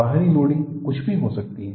बाहरी लोडिंग कुछ भी हो सकती है